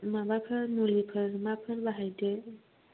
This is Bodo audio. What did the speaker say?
माबाफोर मुलिफोर माफोर बाहायदो